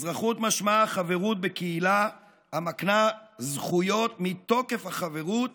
אזרחות משמעה החברות בקהילה המקנה זכויות מתוקף החברות